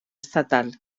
estatal